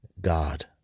God